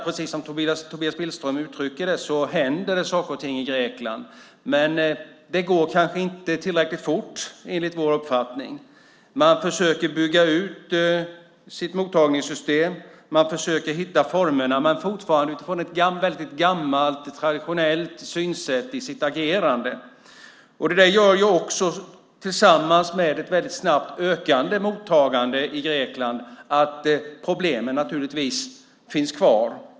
Precis som Tobias Billström uttrycker det händer det saker och ting i Grekland. Men det går kanske inte tillräckligt fort enligt vår uppfattning. Man försöker bygga ut sitt mottagningssystem och hitta formerna men fortfarande utifrån ett väldigt gammalt traditionellt synsätt i sitt agerande. Det tillsammans med ett väldigt snabbt ökande mottagande i Grekland gör att problemen finns kvar.